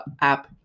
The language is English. app